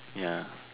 ya